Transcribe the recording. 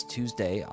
Tuesday